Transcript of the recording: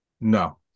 No